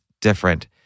different